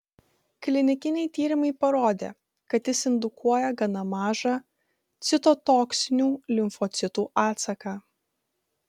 klinikiniai tyrimai parodė kad jis indukuoja gana mažą citotoksinių limfocitų atsaką